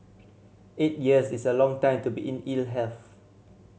eight years is a long time to be in ill health